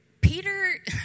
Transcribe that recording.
Peter